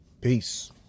peace